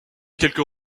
quelques